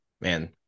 man